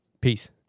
Peace